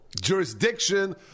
jurisdiction